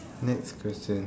next question